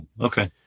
okay